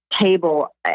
table